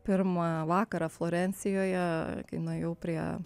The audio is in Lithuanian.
pirmą vakarą florencijoje kai nuėjau prie